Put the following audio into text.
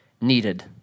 needed